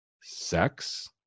sex